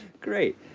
Great